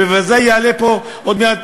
בוודאי יעלה לפה עוד מעט